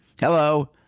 hello